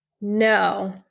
no